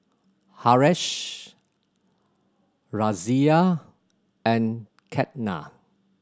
Haresh Razia and Ketna